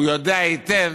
הוא יודע היטב